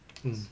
mm